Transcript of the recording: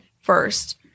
first